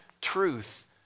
truth